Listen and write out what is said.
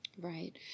Right